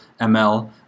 ML